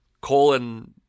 colon